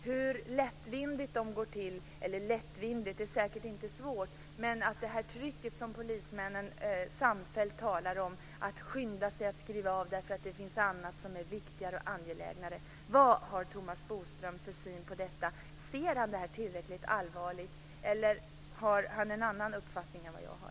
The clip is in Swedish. Sker de lättvindigt? Polismännen talar samfällt om ett tryck de känner. De måste skynda sig att skriva av ärenden, därför att det finns annat som är viktigare och angelägnare. Vad har Thomas Bodström för syn på detta? Ser han tillräckligt allvarligt på detta, eller har han en annan uppfattning än jag har?